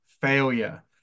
failure